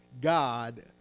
God